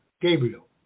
Gabriel